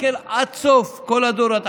תסתכל עד סוף כל הדורות,